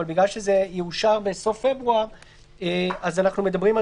אבל מכיוון שזה יאושר בסוף פברואר אז אנחנו מדברים על